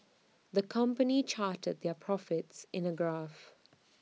the company charted their profits in A graph